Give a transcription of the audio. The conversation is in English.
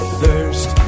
thirst